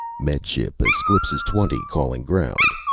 med ship esclipas twenty calling ground,